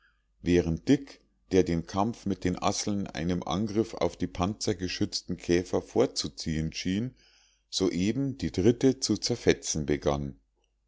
während dick der den kampf mit den asseln einem angriff auf die panzergeschützten käfer vorzuziehen schien soeben die dritte zu zerfetzen begann